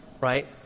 Right